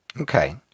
Okay